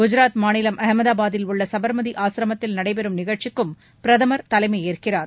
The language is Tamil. குஜராத் மாநிலம் அஹமதாபாதில் உள்ள சுபர்மதி ஆசிரமத்தில் நடைபெறும் நிகழ்ச்சிக்கும் பிரதமர் தலைமையேற்கிறார்